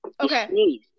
Okay